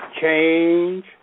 Change